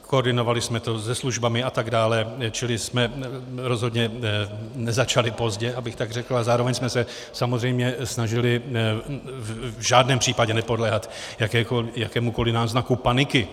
Koordinovali jsme to se službami atd., čili jsme rozhodně nezačali pozdě, abych tak řekl, a zároveň jsme se samozřejmě snažili v žádném případě nepodléhat jakémukoli náznaku paniky.